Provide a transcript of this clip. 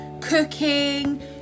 cooking